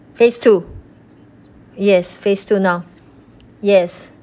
phase two yes phase two now yes